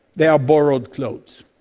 they are borrowed clothes.